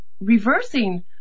reversing